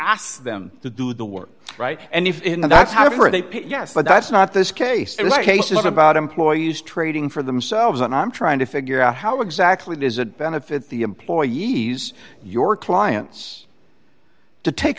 asked them to do the work right and if that's however they yes but that's not this case the case is about employees trading for themselves and i'm trying to figure out how exactly does it benefit the employees your clients to take